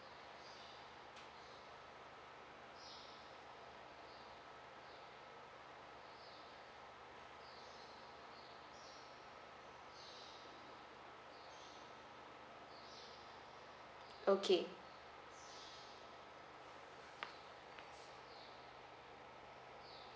okay